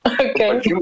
Okay